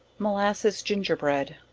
molasses gingerbread.